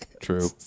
True